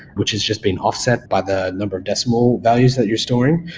which is just being offset by the number of decimal values that you're storing,